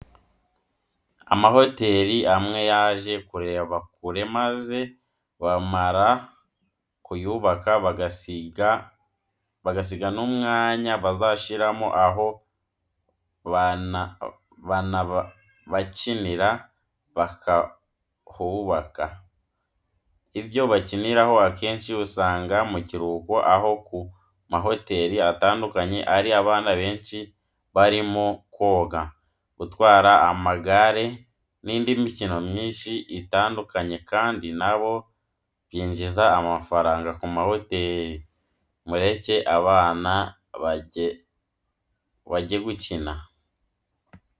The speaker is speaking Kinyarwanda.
Amahoteri amwe yaje kureba kure maze bamara kuyubaka bagasiga n'umwanya bazashyiramo aho bana bakinira bakahubaka. Ibyo bakiniraho akenshi usanga mu biruhuko aho ku mahoteri atandukanye hari abana benshi barimo koga, gutwara amagare nindi mikino myinshi itandukanye, kandi na byo byinjiza amafaranga ku mahoteri, mureke abana bagegukina.